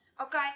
Okay